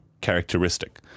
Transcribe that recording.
characteristic